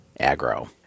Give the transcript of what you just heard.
aggro